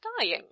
dying